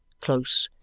close,